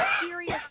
serious